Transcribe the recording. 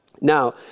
Now